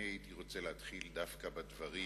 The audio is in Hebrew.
אני הייתי רוצה להתחיל דווקא בדברים